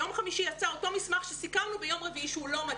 ביום חמישי יצא אותו מסמך שסיכמנו ביום רביעי שהוא לא מתאים.